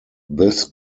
this